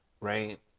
right